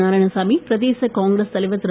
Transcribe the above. நாராயணசாமி பிரதேச காங்கிரஸ் தலைவர் திரு